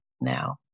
now